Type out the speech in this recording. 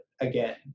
again